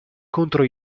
contro